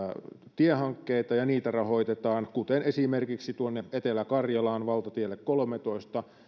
tiehankkeita ja niitä rahoitetaan kuten esimerkiksi tuonne etelä karjalaan valtatielle kolmanteentoista